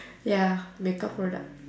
ya makeup product